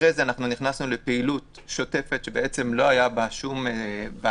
אחרי זה נכנסנו לפעילות שוטפת שבעצם לא היה בה שום בעיה.